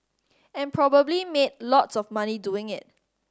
and probably made lots of money doing it